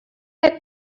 had